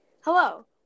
Hello